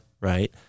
right